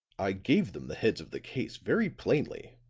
i gave them the heads of the case very plainly,